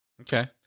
Okay